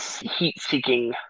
heat-seeking